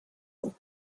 nan